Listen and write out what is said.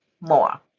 more